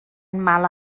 mala